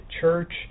church